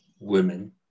women